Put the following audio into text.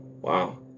Wow